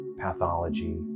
pathology